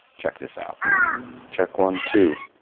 check this out check, one, two.